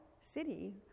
city